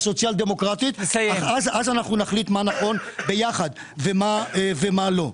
הסוציאל דמוקרטית - אבל אז אנחנו נחליט מה נכון ביחד ומה לא.